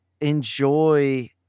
enjoy